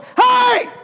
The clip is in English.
hey